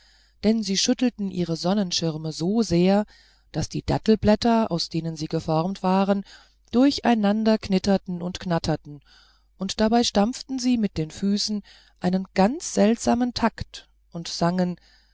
denn sie schüttelten ihre sonnenschirme so sehr daß die dattelblätter aus denen sie geformt waren durcheinander knitterten und knatterten und dabei stampften sie mit den füßen einen ganz seltsamen takt und sangen